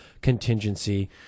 contingency